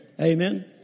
Amen